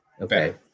Okay